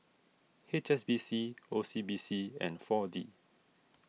H S B C O C B C and four D